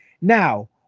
Now